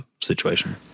situation